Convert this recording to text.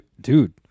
Dude